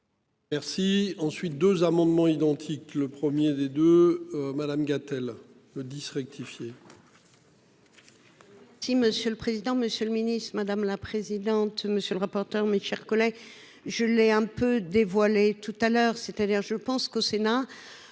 Merci. Ensuite, deux amendements identiques, le 1er des 2 Madame Gatel le 10 rectifié. Si Monsieur le Président, Monsieur le Ministre, madame la présidente. Monsieur le rapporteur. Mes chers collègues, je l'ai un peu dévoilé tout à l'heure, c'est-à-dire je pense qu'au Sénat.